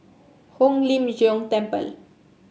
Hong Lim Jiong Temple